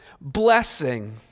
Blessing